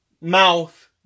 mouth